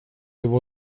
его